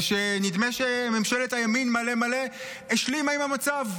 זה שנדמה שממשלת הימין מלא מלא השלימה עם המצב.